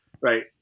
right